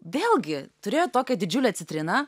vėlgi turėjot tokią didžiulę citriną